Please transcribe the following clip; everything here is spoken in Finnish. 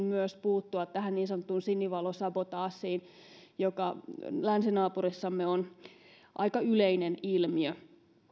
myös puuttua tähän niin sanottuun sinivalosabotaasiin joka länsinaapurissamme on aika yleinen ilmiö